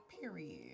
Period